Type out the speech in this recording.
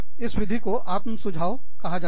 इस विधि को आत्मसुझाव ऑटोसजेशन कहा जाता है